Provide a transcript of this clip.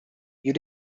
you